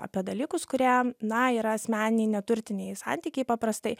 apie dalykus kurie na yra asmeniniai neturtiniai santykiai paprastai